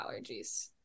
allergies